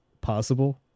possible